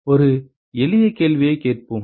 ஒரு எளிய கேள்வியைக் கேட்போம்